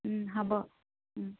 হ'ব